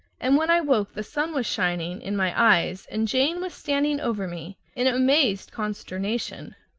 and when i woke the sun was shining in my eyes and jane was standing over me in amazed consternation.